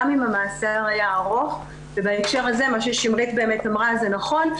גם אם המאסר היה ארוך ובהקשר הזה מה ששמרית אמרה נכון,